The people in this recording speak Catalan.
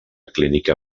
clínica